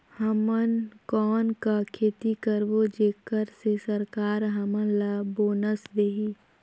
हमन कौन का खेती करबो जेकर से सरकार हमन ला बोनस देही?